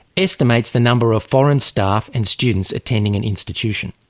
estimates the number of foreign staff and students attending an institution.